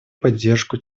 поддержку